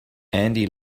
andy